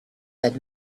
said